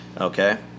Okay